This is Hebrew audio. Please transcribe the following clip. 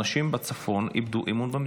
אנשים בצפון איבדו אמון במדינה.